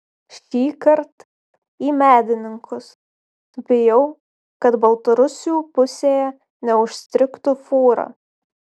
šįkart į medininkus bijau kad baltarusių pusėje neužstrigtų fūra